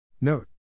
Note